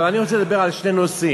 עכשיו אני רוצה לדבר על שני נושאים.